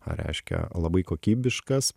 ar reiškia labai kokybiškas